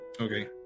Okay